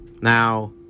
Now